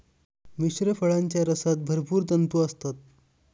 मिश्र फळांच्या रसात भरपूर तंतू असतात